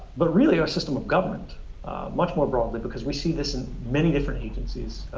but, really, our system of government much more broadly, because we see this in many different agencies,